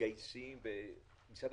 מגייסים כסף.